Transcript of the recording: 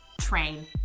train